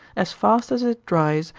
as fast as it dries,